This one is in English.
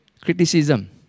Criticism